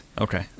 Okay